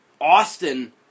Austin